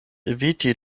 eviti